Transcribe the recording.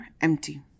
empty